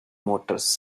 motors